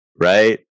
right